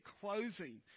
closing